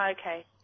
okay